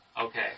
Okay